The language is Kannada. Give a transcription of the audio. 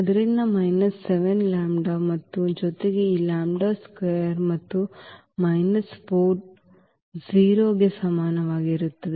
ಆದ್ದರಿಂದ ಮೈನಸ್ 7 ಲ್ಯಾಂಬ್ಡಾ ಮತ್ತು ಜೊತೆಗೆ ಈ ಲ್ಯಾಂಬ್ಡಾ ಸ್ಕ್ವೇರ್ ಮತ್ತು ಮೈನಸ್ 4 0 ಗೆ ಸಮನಾಗಿರುತ್ತದೆ